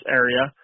area